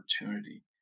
opportunity